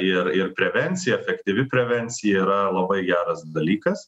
ir ir prevencija efektyvi prevencija yra labai geras dalykas